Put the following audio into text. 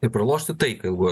ir pralošti taiką ilguoju